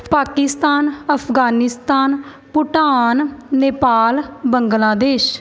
Pakistan Afghanistan Bhutan Nepal Bangladesh